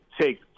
take